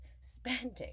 spending